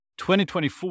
2024